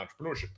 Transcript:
entrepreneurship